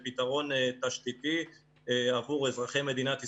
לפתרון תשתיתי עבור אזרחי מדינת ישראל,